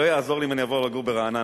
לא יעזור לי אם אני אעבור לגור ברעננה,